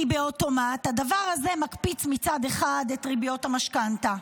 כי באוטומט הדבר הזה מקפיץ מצד אחד את ריביות המשכנתה,